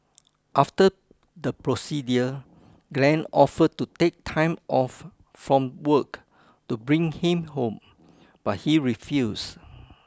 after the procedure Glen offered to take time off from work to bring him home but he refused